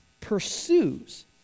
Pursues